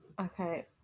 Okay